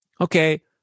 Okay